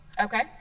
Okay